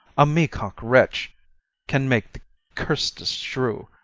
a meacock wretch can make the curstest shrew.